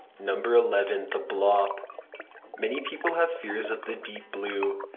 number eleven. the bloop many people have fears of the deep blue,